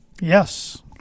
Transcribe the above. Yes